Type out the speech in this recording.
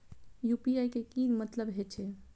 UPI के की मतलब हे छे?